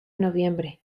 noviembre